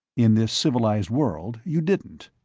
in this civilized world, you didn't.